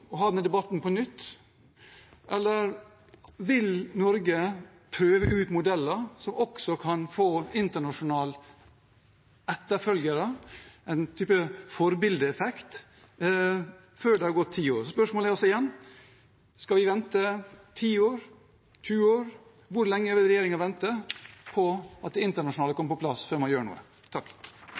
og ha denne debatten på nytt, eller vil Norge prøve ut modeller som også kan få internasjonale etterfølgere, en type forbilde-effekt, før det har gått ti år? Spørsmålet er altså – igjen: Skal vi vente ti år, tjue år? Hvor lenge vil regjeringen vente på at det internasjonale kommer på plass, før man gjør noe?